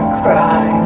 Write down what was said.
cry